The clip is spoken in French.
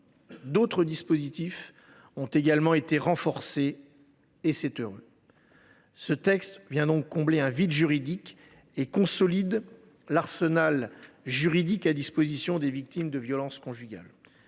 D’autres dispositifs ont également été renforcés, ce qui est heureux. La proposition de loi vient combler un vide juridique et consolider l’arsenal juridique à la disposition des victimes de violences conjugales.